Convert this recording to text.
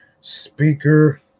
speaker